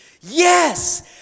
Yes